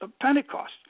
Pentecost